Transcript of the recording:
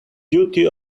duty